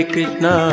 Krishna